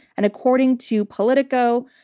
and according to politico,